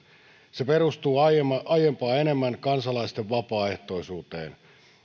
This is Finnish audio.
se perustuu aiempaa aiempaa enemmän kansalaisten vapaaehtoisuuteen